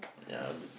ya be~